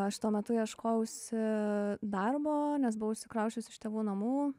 aš tuo metu ieškojausi darbo nes buvau išsikrausčius iš tėvų namų